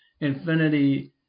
infinity